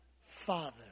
Father